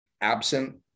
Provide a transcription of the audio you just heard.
absent